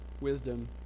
wisdom